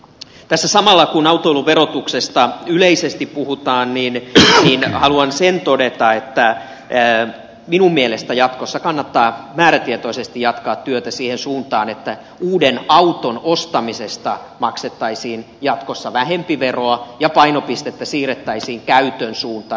tässä samalla kun autoilun verotuksesta yleisesti puhutaan haluan sen todeta että minun mielestäni jatkossa kannattaa määrätietoisesti jatkaa työtä siihen suuntaan että uuden auton ostamisesta maksettaisiin jatkossa vähempi veroa ja painopistettä siirrettäisiin käytön suuntaan